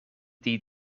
die